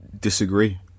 Disagree